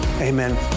amen